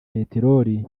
peterori